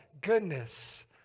goodness